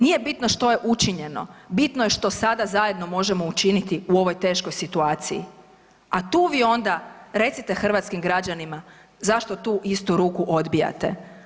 Nije bitno što je učinjeno, bitno je što sada zajedno možemo učiniti u ovoj teškoj situaciji a tu vi onda recite hrvatskim građanima zašto tu istu ruku odbijate.